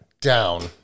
down